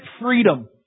freedom